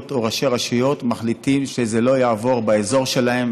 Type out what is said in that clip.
או ראשי רשויות מחליטים שלא יעברו באזור שלהם,